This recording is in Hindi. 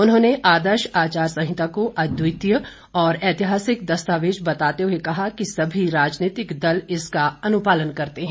उन्होंने आदर्श आचार संहिता को अद्वितीय और ऐतिहासिक दस्तावेज बताते हुए कहा कि सभी राजनीतिक दल इसका अनुपालन करते हैं